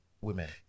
women